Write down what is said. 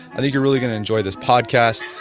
i think you are really going to enjoy this podcast.